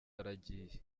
aragiye